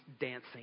dancing